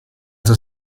the